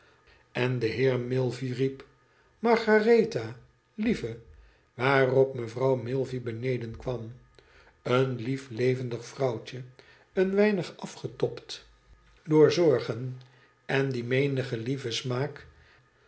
n de heer milvey riep margaretha lieve waarop mevrouw milvey beneden kwam een hef levenmg vrouwtje een weinig afgetobd door zorgen en die menigen lieven smaak